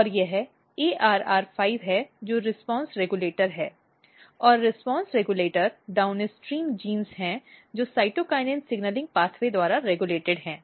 और यह ARR5 है जो रिस्पांस रेगुलेटरहै और रिस्पांस रेगुलेटर डाउनस्ट्रीम जीन है जो साइटोकिनिन सिग्नलिंग मार्ग द्वारा रेगुलेटेड है